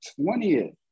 20th